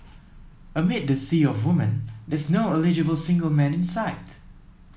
amid the sea of woman there's no eligible single man in sight